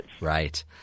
Right